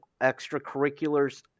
extracurriculars